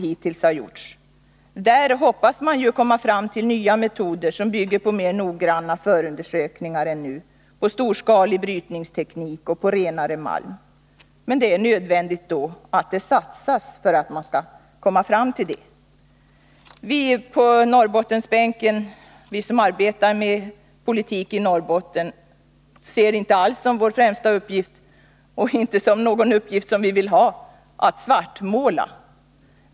Här hoppas man ju komma fram till nya metoder, som bygger på noggrannare förundersökningar, storskalig brytningsteknik och renare malm. Men då är det nödvändigt med satsningar. Vi som arbetar med politik i Norrbotten ser inte alls som vår främsta uppgift — och verkligen inte som någon uppgift som vi vill ha — att svartmåla.